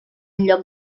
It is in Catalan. lloc